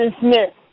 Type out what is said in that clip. Smith